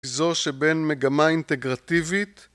זו שבין מגמה אינטגרטיבית